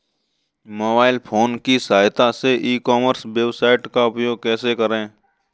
Mobile phone की सहायता से ई कॉमर्स वेबसाइट का उपयोग कैसे करें?